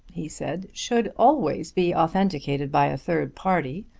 he said, should always be authenticated by a third party.